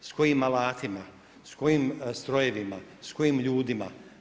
S kojim alatima, s kojim strojevima, s kojim ljudima?